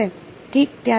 ઠીક ત્યારે